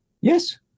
Yes